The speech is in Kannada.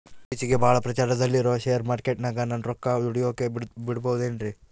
ಇತ್ತೇಚಿಗೆ ಬಹಳ ಪ್ರಚಾರದಲ್ಲಿರೋ ಶೇರ್ ಮಾರ್ಕೇಟಿನಾಗ ನನ್ನ ರೊಕ್ಕ ದುಡಿಯೋಕೆ ಬಿಡುಬಹುದೇನ್ರಿ?